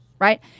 Right